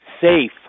safe